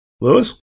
Lewis